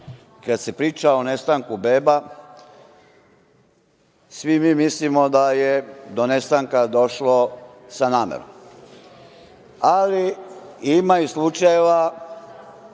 kada se priča o nestanku beba, svi mislimo da je do nestanka došlo sa namerom, ali ima i slučajeva